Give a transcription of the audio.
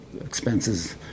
expenses